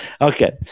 Okay